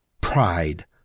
Pride